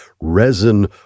resin